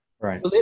Right